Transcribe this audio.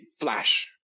flash